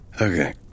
Okay